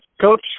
coach